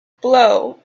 blow